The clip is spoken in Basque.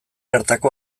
hartako